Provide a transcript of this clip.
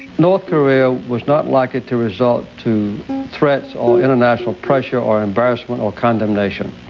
north korea was not likely to resort to threats or international pressure or embarrassment or condemnation,